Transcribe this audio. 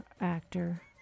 actor